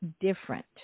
different